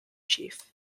chief